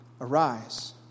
arise